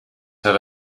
have